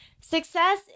success